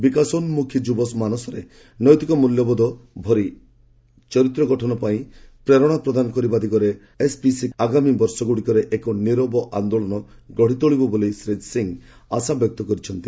ବିକାଶୋନ୍କଖୀ ଯୁବ ମାନସରେ ନୈତିକ ମୂଲ୍ୟବୋଧ ଭରି ଚରତ୍ର ଗଠନ ପାଇଁ ପ୍ରେରଣା ପ୍ରଦାନ କରିବା ଦିଗରେ ଏସ୍ପିସି ଆଗାମୀ ବର୍ଷମାନଙ୍କରେ ଏକ ନିରବ ଆନ୍ଦୋଳନ ଗଢ଼ି ତୋଳିବ ବୋଲି ଶ୍ରୀ ସିଂ ଆଶାବ୍ୟକ୍ତ କରିଛନ୍ତି